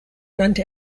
nannte